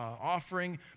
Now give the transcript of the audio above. offering